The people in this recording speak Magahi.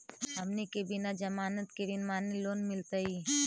हमनी के बिना जमानत के ऋण माने लोन मिलतई?